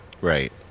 Right